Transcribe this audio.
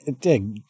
dig